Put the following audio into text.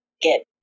get